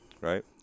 right